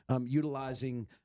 utilizing